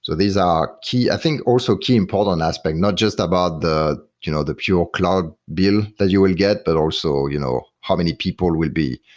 so these are i think also key important aspect, not just about the you know the pure cloud bill that you will get, but also you know how many people will be,